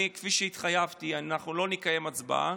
כפי שהתחייבתי, אנחנו לא נקיים הצבעה.